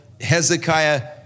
Hezekiah